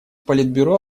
политбюро